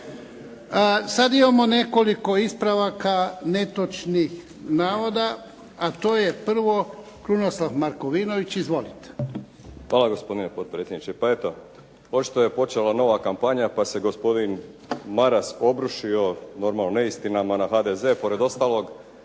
Sad imamo nekoliko ispravaka netočnih navoda. A to je prvo Krunoslav Markovinović. Izvolite. **Markovinović, Krunoslav (HDZ)** Hvala gospodine potpredsjedniče. Pa eto, pošto je počela nova kampanja pa se gospodin Maras obrušio normalno neistinama na HDZ, pored ostalog